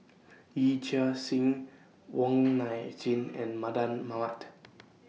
Yee Chia Hsing Wong Nai Chin and Mardan Mamat